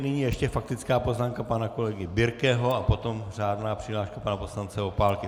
Nyní ještě faktická poznámka pana kolegy Birkeho a potom řádná přihláška pana poslance Opálky.